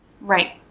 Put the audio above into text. Right